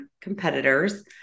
competitors